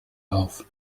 auf